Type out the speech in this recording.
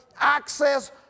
access